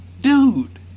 Dude